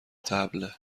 طبله